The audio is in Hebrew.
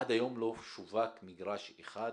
עד היום לא שווק מגרש אחד בראמה.